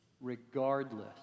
regardless